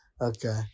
Okay